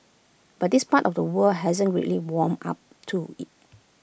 but this part of the world hasn't greatly warmed up to IT